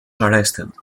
arrested